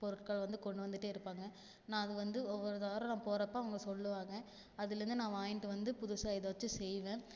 பொருட்களை வந்து கொண்டு வந்துட்டேருப்பாங்க நான் அதை வந்து ஒவ்வொரு வாரம் போகிறப்ப அவங்க சொல்லுவாங்க அதுலேருந்து நான் வாங்கிட்டு வந்து புதுசாக எதாச்சும் செய்வேன்